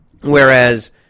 Whereas